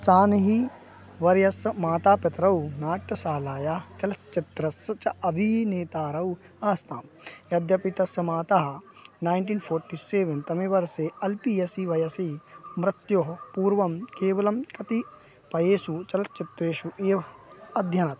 सानिः वर्यस्य मातापितरौ नाट्यशालायां चलच्चित्रस्य च अभिनेतारौ आस्तां यद्यपि तस्य माता नैन्टीन् फ़ोर्टि सेवेन् तमे वर्से अल्पे वयसि वयसि मृत्योः पूर्वं केवलं कतिपयेषु चलच्चित्रेषु एव अभ्यनयत्